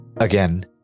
Again